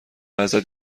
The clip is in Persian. ازت